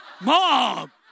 Mom